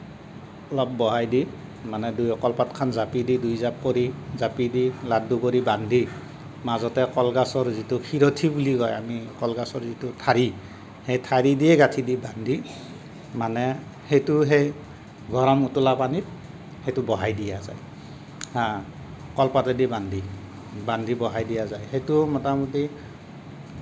অলপ বহাই দি মানে কলপাতখন জাপি দি দুই জাপ কৰি জাপি দি লাডু কৰি বান্ধি মাজতে কলগছৰ যিটো ফিৰঠি বুলি কয় আমি কলগছৰ যিটো ঠাৰি সেই ঠাৰি দিয়ে গাঁথি দি বান্ধি মানে সেইটোও সেই গৰম উতলা পানীত সেইটো বহাই দিয়া যায় নকলপাতে দি বান্ধি বান্ধি বহাই দিয়া যায় সেইটো মোটামুটি